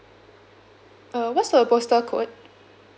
uh what's the postal code